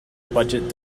budget